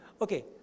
Okay